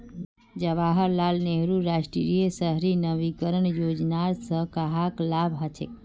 जवाहर लाल नेहरूर राष्ट्रीय शहरी नवीकरण योजनार स कहाक लाभ हछेक